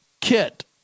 Kit